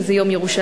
וזה יום ירושלים,